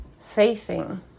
facing